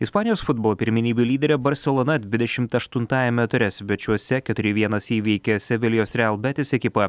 ispanijos futbolo pirmenybių lyderė barselona dvidešimt aštuntajame ture svečiuose keturi vienas įveikė sevilijos real betis ekipą